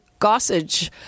Gossage